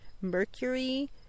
Mercury